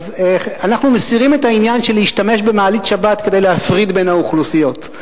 אנחנו מסירים את העניין של שימוש במעלית שבת כדי להפריד בין האוכלוסיות.